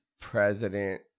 president